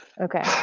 Okay